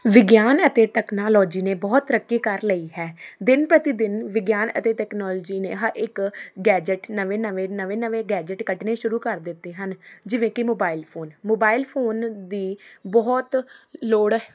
ਵਿਗਿਆਨ ਅਤੇ ਤਕਨਾਲੋਜੀ ਨੇ ਬਹੁਤ ਤਰੱਕੀ ਕਰ ਲਈ ਹੈ ਦਿਨ ਪ੍ਰਤੀ ਦਿਨ ਵਿਗਿਆਨ ਅਤੇ ਟੈਕਨੋਲੋਜੀ ਨੇ ਹਰ ਇੱਕ ਗੈਜਟ ਨਵੇਂ ਨਵੇਂ ਨਵੇਂ ਨਵੇਂ ਗੈਜਟ ਕੱਢਣੇ ਸ਼ੁਰੂ ਕਰ ਦਿੱਤੇ ਹਨ ਜਿਵੇਂ ਕਿ ਮੋਬਾਇਲ ਫੋਨ ਮੋਬਾਇਲ ਫੋਨ ਦੀ ਬਹੁਤ ਲੋੜ